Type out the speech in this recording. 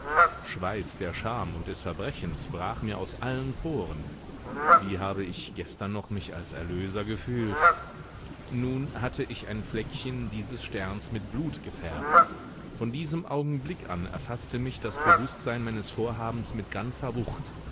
schweiß der scham und des verbrechens brach mir aus allen poren wie habe ich gestern noch mich als erlöser gefühlt nun hatte ich ein fleckchen dieses sterns mit blut gefärbt von diesem augenblick an erfaßte mich das bewußtsein meines vorhabens mit ganzer wucht